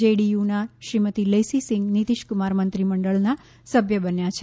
જેડીયુના શ્રીમતી લેસી સિંઘ નીતીશકુમાર મંત્રીમંડળના સભ્ય બન્યા છે